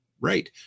right